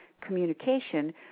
communication